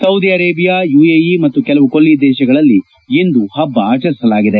Saudi Arabia UAE ಮತ್ತು ಕೆಲವು ಕೊಲ್ಲಿ ದೇಶಗಳಲ್ಲಿ ಇಂದು ಹಬ್ಬ ಆಚರಿಸಲಾಗಿದೆ